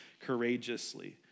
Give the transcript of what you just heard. courageously